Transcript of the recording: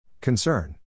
Concern